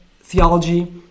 theology